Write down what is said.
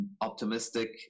optimistic